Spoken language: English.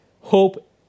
Hope